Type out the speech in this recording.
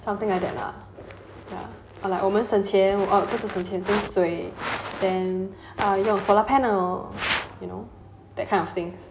something like that lah ya like 我们省钱不是省钱省水 then uh 用 solar panel you know that kind of thing